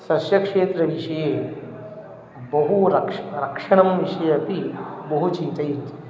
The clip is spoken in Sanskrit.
सस्यक्षेत्रविषये बहु रक्ष् रक्षणं विषये अपि बहु चिन्तयन्ति